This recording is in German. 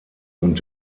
und